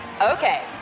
okay